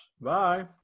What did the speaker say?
Bye